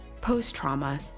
post-trauma